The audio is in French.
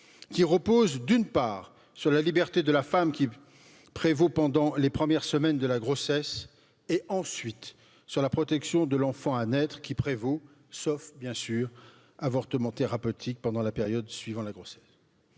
qui repose, d'une part, sur la liberté de la femme qui prévaut pendant 1ʳᵉˢ semaines de la grossesse et ensuite sur la protection de l'enfant à naître qui prévaut sauf bien sûr, avortement thérapeutique pendant la période suivant la grossesse